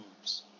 boobs